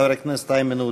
חבר הכנסת איימן עודה.